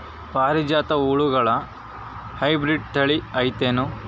ಪಾರಿಜಾತ ಹೂವುಗಳ ಹೈಬ್ರಿಡ್ ಥಳಿ ಐತೇನು?